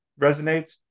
resonates